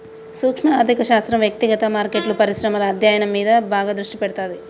సూక్శ్మ ఆర్థిక శాస్త్రం వ్యక్తిగత మార్కెట్లు, పరిశ్రమల అధ్యయనం మీద బాగా దృష్టి పెడతాది